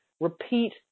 Repeat